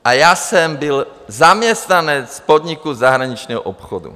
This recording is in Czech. A já jsem byl zaměstnanec podniku zahraničního obchodu.